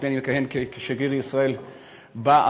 בעודי מכהן כשגריר ישראל בארצות-הברית,